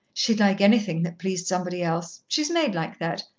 she'd like anything that pleased somebody else. she's made like that.